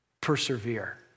persevere